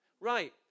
Right